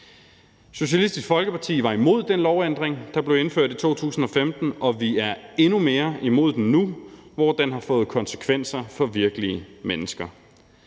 Socialistisk Folkeparti var imod den lovændring, der blev indført i 2015, og vi er endnu mere imod den nu, hvor den har fået konsekvenser for virkelige mennesker.